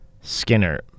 Skinner